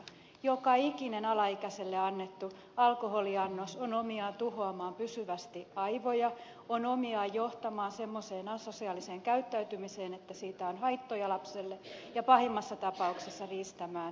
joka ikinen alaikäiselle annettu alkoholiannos on omiaan tuhoamaan pysyvästi aivoja on omiaan johtamaan semmoiseen assosiaaliseen käyttäytymiseen että siitä on haittoja lapselle ja pahimmassa tapauksessa riistämään viattoman ihmishengen